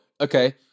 Okay